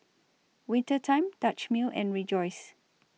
Winter Time Dutch Mill and Rejoice